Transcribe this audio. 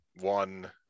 one